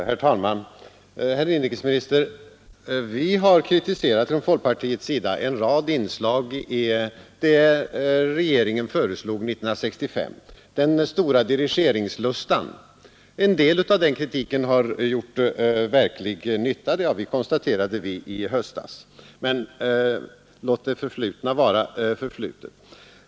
Herr talman! Vi har, herr inrikesminister, från folkpartiets sida politiska stödverkkritiserat en rad inslag i det regeringen föreslog 1965, inslag präglade av Samheten m.m. stor dirigeringslusta. En del av den kritiken har gjort verklig nytta — det konstaterade vi i höstas. Men låt det stanna vid det förflutna.